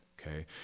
okay